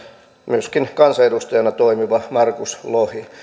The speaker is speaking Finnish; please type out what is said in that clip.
myöskin kansanedustajana toimiva markus lohi